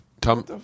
Tom